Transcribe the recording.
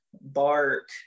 bark